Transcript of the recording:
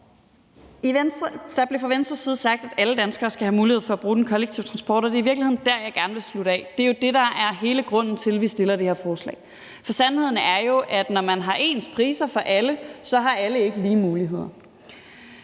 Der blev fra Venstres side sagt, at alle danskere skal have mulighed for at bruge den kollektive transport, og det er i virkeligheden der, jeg gerne vil slutte af. Det er jo det, der er hele grunden til, at vi har fremsat det her forslag. Sandheden er jo, at når man har ens priser for alle, har alle ikke lige muligheder.